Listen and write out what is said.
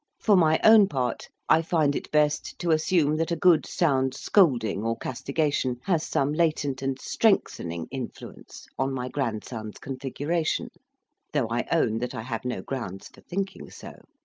for my own part, i find it best to assume that a good sound scolding or castigation has some latent and strengthening influence on my grandson's configuration though i own that i have no grounds for thinking so.